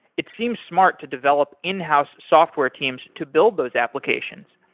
it seems smart to develop in-house software teams to build those applications,